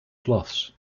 cloths